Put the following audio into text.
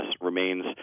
remains